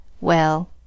Well